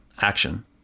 action